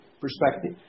perspective